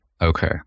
Okay